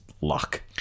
luck